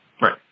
Right